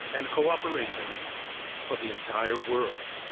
and cooperation for the entire world.